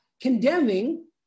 condemning